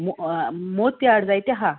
मोतायळ जायते हा